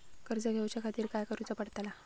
कर्ज घेऊच्या खातीर काय करुचा पडतला?